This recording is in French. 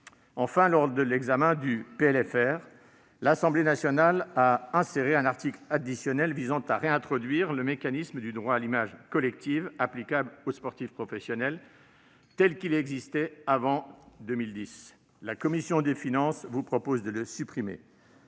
Enfin, lors de l'examen du présent PLFR, l'Assemblée nationale a inséré un article additionnel qui prévoit la réintroduction du mécanisme du droit à l'image collective applicable aux sportifs professionnels tel qu'il existait avant 2010. La commission des finances vous propose de supprimer